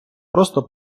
просто